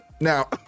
Now